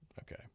okay